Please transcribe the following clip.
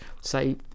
say